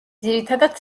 ძირითადად